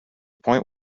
point